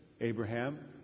Abraham